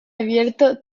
abierto